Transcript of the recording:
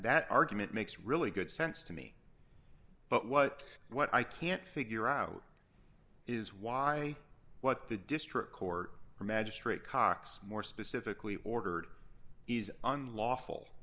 that argument makes really good sense to me but what what i can't figure out is why what the district court or magistrate cox more specifically ordered is unlawful